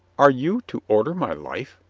are you to order my life?